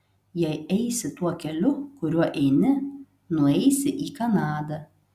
jei eisi tuo keliu kuriuo eini nueisi į kanadą